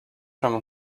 from